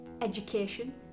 education